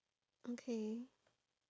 okay